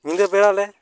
ᱧᱤᱫᱟᱹ ᱵᱮᱲᱟᱞᱮ